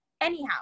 anyhow